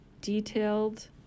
detailed